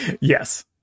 yes